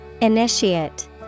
Initiate